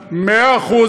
אדוני,